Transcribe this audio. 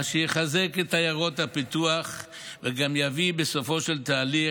מה שיחזק את עיירות הפיתוח וגם יביא בסופו של התהליך,